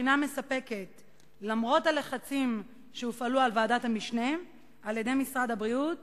ממשלתית על-ידי השר יעקב